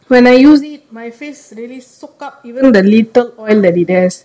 when I use it my face really soak up even the little oil that it is has